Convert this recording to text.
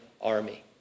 army